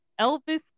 Elvis